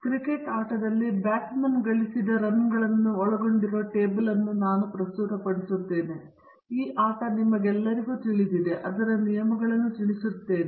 ಹಾಗಾಗಿ ಕ್ರಿಕೆಟ್ ಆಟದಲ್ಲಿ ಬ್ಯಾಟ್ಸ್ಮನ್ ಗಳಿಸಿದ ರನ್ಗಳನ್ನು ಒಳಗೊಂಡಿರುವ ಟೇಬಲ್ನಲ್ಲಿ ನಾನು ಪ್ರಸ್ತುತಪಡಿಸುತ್ತಿದ್ದೇನೆ ಈ ಆಟ ನಿಮಗೆ ಎಲ್ಲರಿಗೂ ತಿಳಿದಿದೆ ಮತ್ತು ಅದರ ನಿಯಮಗಳನ್ನು ತಿಳಿಸುತ್ತೇನೆ